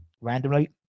randomly